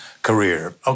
career